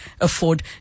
afford